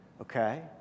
okay